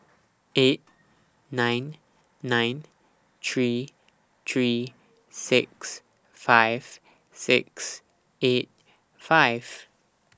eight nine nine three three six five six eight five